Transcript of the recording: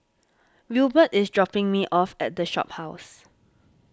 Wilbert is dropping me off at the Shophouse